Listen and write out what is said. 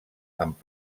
amb